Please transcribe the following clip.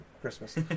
Christmas